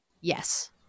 Yes